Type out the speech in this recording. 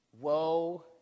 Woe